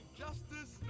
justice